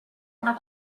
una